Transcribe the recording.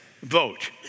vote